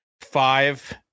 five